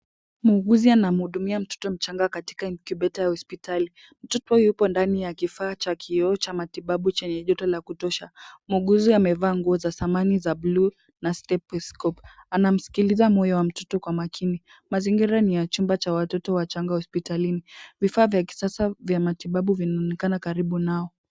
Muuguzi anamhudumia mtoto mchanga katika incubator ya hospitali. Mtoto yupo ndani ya kifaa cha kioo cha matibabu chenye joto la kutosha. Muuguzi amevaa nguo za dhamani za bluu na stethoscope anamsikiliza moyo wa mtoto kwa makini. Mazingira ni ya chumba cha watoto wachanga hospitalini. Vifaa vya kisasa vya matibabu vinaonekana karibu nao.